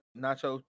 nacho